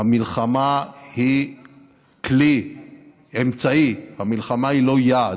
המלחמה היא אמצעי, המלחמה היא לא יעד,